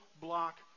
block